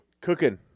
Cooking